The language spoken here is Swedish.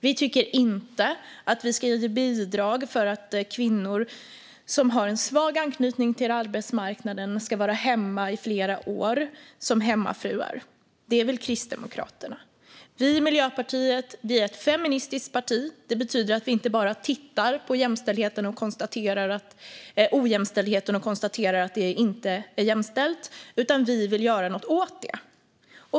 Vi tycker inte att vi ska ge bidrag för att kvinnor som har svag anknytning till arbetsmarknaden ska vara hemma i flera år som hemmafruar. Det vill Kristdemokraterna. Miljöpartiet är ett feministiskt parti. Det betyder att vi inte bara tittar på ojämställdheten och konstaterar att det inte är jämställt utan vill göra något åt det.